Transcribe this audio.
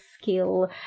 skill